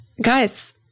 Guys